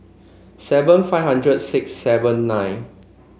seven five hundred six seven nine